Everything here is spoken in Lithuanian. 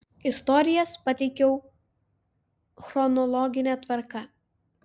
istorijas pateikiau chronologine tvarka